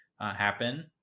happen